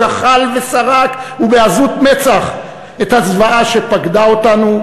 כחל ושרק ובעזות מצח את הזוועה שפקדה אותנו,